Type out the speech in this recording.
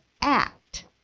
act